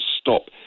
stop